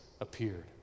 appeared